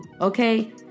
okay